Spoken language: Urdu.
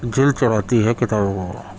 جلد چڑھاتی ہے کتابوں پر